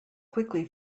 quickly